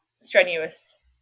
strenuous